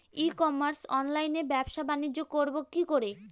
ই commerce অনলাইনে ব্যবসা বানিজ্য করব কি করে?